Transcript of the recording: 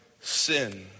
sin